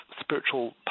spiritual